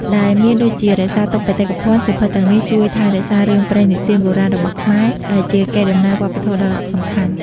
ដែលមានដូចជា រក្សាទុកបេតិកភណ្ឌ សៀវភៅទាំងនេះជួយថែរក្សារឿងព្រេងនិទានបុរាណរបស់ខ្មែរ ដែលជាកេរដំណែលវប្បធម៌ដ៏សំខាន់។